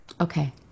Okay